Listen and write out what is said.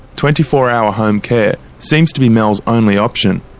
twenty-four hour home care seems to be mel's only option.